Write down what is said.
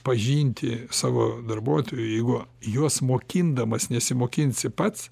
pažinti savo darbuotojų jeigu juos mokindamas nesimokinsi pats